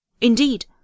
Indeed